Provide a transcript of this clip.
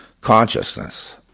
consciousness